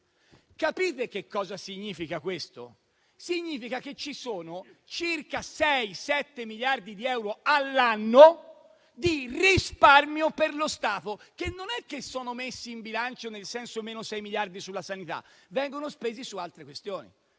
Capite cosa significa questo? Significa che ci sono circa 6-7 miliardi di euro all'anno di risparmio per lo Stato, che non è che sono messi in bilancio con un segno negativo davanti sulla sanità, ma vengono spesi per altre questioni.